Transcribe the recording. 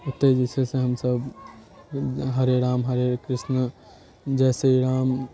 ओतै जे छै से हमसब हरे राम हरे कृष्ण जय श्री राम